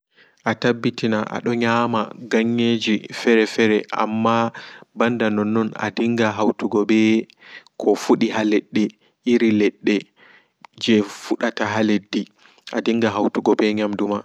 A taɓɓitina ado nyama ganye ji fere amma ɓanda nonno adinga hautugo ɓe kofudi ha ledde iri ledde jei fudata ha leddi adinga hautugo ɓe nyamduma.